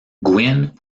gwin